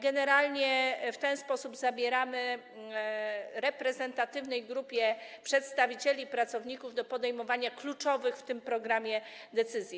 Generalnie w ten sposób zabieramy reprezentatywnej grupie przedstawicieli pracowników możliwość podejmowania kluczowych w tym programie decyzji.